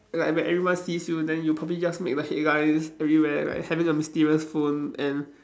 like when everyone sees you then you probably just make the headlines everywhere like having a mysterious phone and